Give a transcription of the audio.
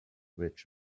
rich